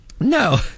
No